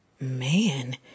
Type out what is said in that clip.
man